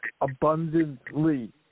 abundantly